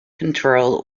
control